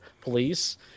police